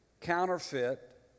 counterfeit